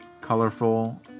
colorful